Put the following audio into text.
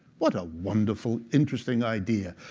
what a wonderful, interesting idea.